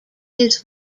his